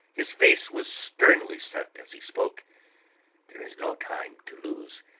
his face was sternly set as he spoke there is no time to lose.